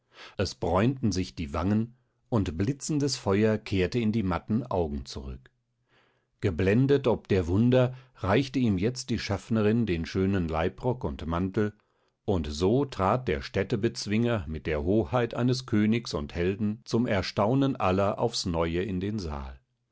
es bräunten sich die wangen und blitzendes feuer kehrte in die matten augen zurück geblendet ob der wunder reichte ihm jetzt die schaffnerin den schönen leibrock und mantel und so trat der städtebezwinger mit der hoheit eines königs und helden zum erstaunen aller aufs neue in den saal